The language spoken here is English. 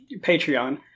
Patreon